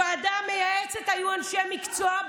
בוועדה המייעצת היו אנשי המקצוע,